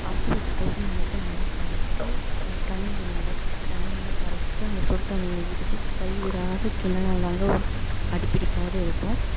அரைத்து வைச்சிருக்குற உளுத்தமாவை எடுத்து நல்லா கரைத்து அது தண்ணியில் நல்லா தண்ணியாக கரைச்சுட்டு அந்த சுடுத்ண்ணியில் ஊத்திவிட்டு கை விடாம கிண்டினா தான்ங்க ஒரு அடிப்பிடிக்காம இருக்கும்